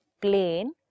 plain